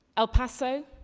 el paso,